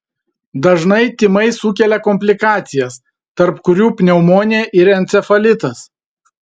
dažnai tymai sukelia komplikacijas tarp kurių pneumonija ir encefalitas